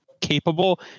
capable